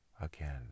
again